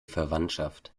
verwandschaft